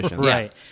Right